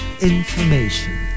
information